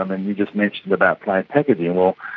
um and you just mentioned about plain packaging, well,